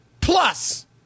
Plus